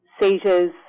seizures